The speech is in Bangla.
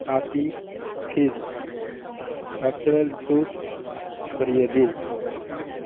আপি ফিস অ্যাপেল জুস সরিয়ে দিন